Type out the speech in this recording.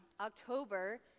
October